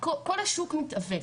כל השוק מתעוות.